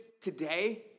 today